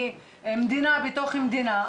מדינה בתוך מדינה.